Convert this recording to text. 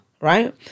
Right